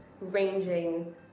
ranging